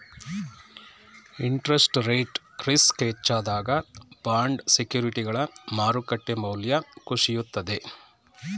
interest rate risk ಹೆಚ್ಚಾದಾಗ bond ಸೆಕ್ಯೂರಿಟಿಗಳ ಮಾರುಕಟ್ಟೆ ಮೌಲ್ಯ ಕುಸಿಯುತ್ತದೆ